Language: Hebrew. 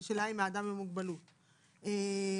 לוקחים להם את הכלב אבל תיירות מחוץ לארץ עם כלבים קיימת כאן שנים.